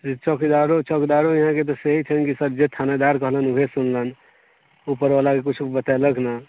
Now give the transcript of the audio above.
जे चौकीदारो यहाँके तऽ सही छनि कि जे थानादार कहलनि वएह सुनलनि उपरवलाके किछु बतेलक नहि